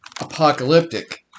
apocalyptic